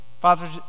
Father